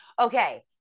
okay